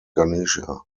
ganesha